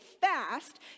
fast